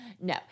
No